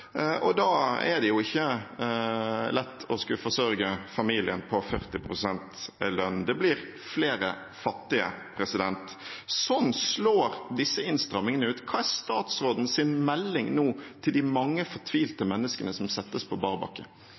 og det er ikke lett å skulle forsørge familien på 40 pst. lønn. Det blir flere fattige. Sånn slår disse innstrammingene ut. Hva er statsrådens melding nå til de mange fortvilte menneskene som settes på